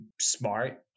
smart